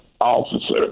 officer